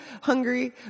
hungry